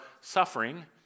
suffering